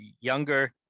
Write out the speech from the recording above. Younger